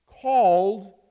Called